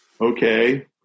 Okay